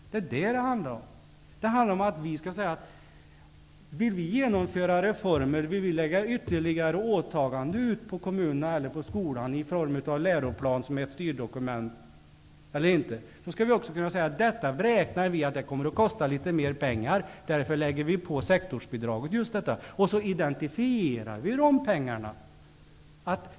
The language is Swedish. Det är detta som det handlar om. Det handlar om att vi skall säga att om vi vill genomföra reformer och om vi vill lägga ytterligare åtaganden på kommunerna eller på skolan i form av en läroplan som är ett styrdokument, skall vi också kunna säga att vi beräknar att det kommer att kosta litet mer pengar och att vi därför lägger på sektorsbidraget. Sedan identifierar vi dessa pengar.